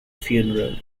funeral